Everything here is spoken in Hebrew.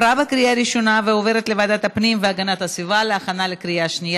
לוועדת הפנים והגנת הסביבה נתקבלה.